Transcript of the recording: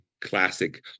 classic